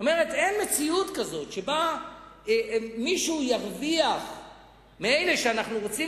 אין מציאות כזאת שבה מישהו מאלה שאנחנו רוצים